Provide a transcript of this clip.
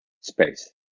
space